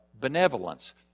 benevolence